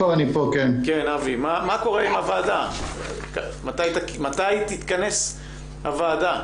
אבי, מתי תתכנס הוועדה?